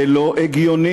זה לא הגיוני.